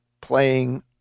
playing